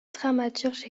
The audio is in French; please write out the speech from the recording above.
dramaturge